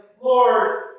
Lord